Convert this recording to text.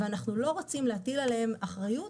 ואנחנו לא רוצים להטיל עליהן אחריות